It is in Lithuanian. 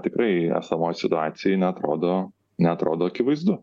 tikrai esamoj situacijoj neatrodo neatrodo akivaizdu